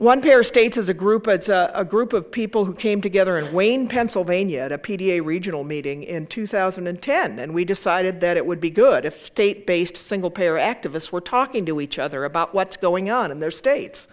one pair states as a group as a group of people who came together and wayne pennsylvania the p t a regional meeting in two thousand and ten and we decided that it would be good if state based single payer activists were talking to each other about what's going on in their states